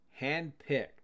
handpicked